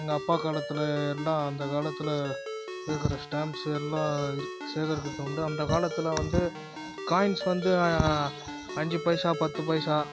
எங்கள் அப்பா காலத்தில் எல்லாம் அந்த காலத்தில் இருக்கிற ஸ்டாம்ப்ஸு எல்லாம் சேகரித்ததுண்டு அந்த காலத்தில் வந்து காயின்ஸ் வந்து அஞ்சு பைசா பத்து பைசா